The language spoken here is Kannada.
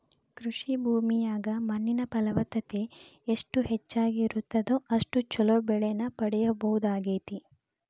ಕೃಷಿ ಭೂಮಿಯಾಗ ಮಣ್ಣಿನ ಫಲವತ್ತತೆ ಎಷ್ಟ ಹೆಚ್ಚಗಿ ಇರುತ್ತದ ಅಷ್ಟು ಚೊಲೋ ಬೆಳಿನ ಪಡೇಬಹುದಾಗೇತಿ